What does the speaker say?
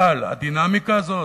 אבל הדינמיקה הזאת,